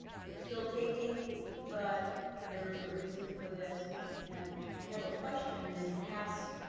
we are still taping but there is a reason for this and i have a question and perhaps,